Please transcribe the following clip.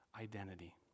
identity